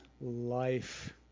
life